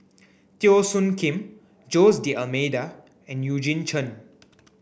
Teo Soon Kim Jose D'almeida and Eugene Chen